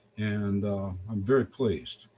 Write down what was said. and i'm very pleased.